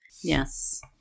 Yes